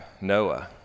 Noah